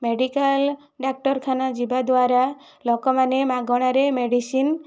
medical ଡାକ୍ଟରଖାନା ଯିବାଦ୍ୱାରା ଲୋକମାନେ ମାଗଣାରେ ମେଡ଼ିସିନ